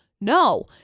No